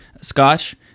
scotch